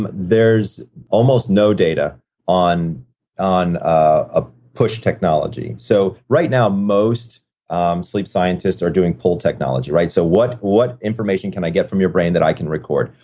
but there's almost no data on on ah push technology. so, right now, most um sleep scientists are doing pull technology, right? so, what what information can i get from your brain that i can record?